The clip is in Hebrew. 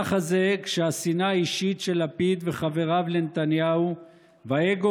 ככה זה כשהשנאה האישית של לפיד וחבריו לנתניהו והאגו